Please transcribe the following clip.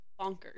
bonkers